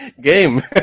game